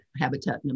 habitat